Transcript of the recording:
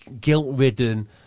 guilt-ridden